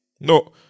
No